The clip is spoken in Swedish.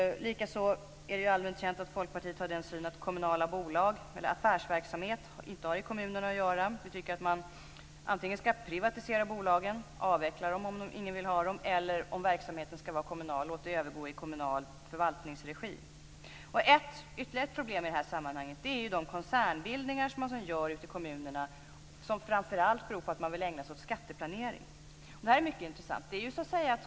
Likaså är det allmänt känt att Folkpartiet har den synen att affärsverksamhet inte har i kommunerna att göra. Vi tycker att man ska privatisera bolagen eller avveckla dem om ingen vill ha dem eller låta dem övergå i kommunal förvaltningsregi om verksamheten ska vara kommunal. Ytterligare ett problem i det här sammanhanget är ju de koncernbildningar som sker ute i kommunerna som framför allt beror på att man vill ägna sig åt skatteplanering. Det här är mycket intressant.